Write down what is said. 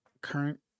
current